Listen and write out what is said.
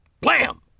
Blam